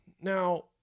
Now –